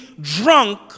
drunk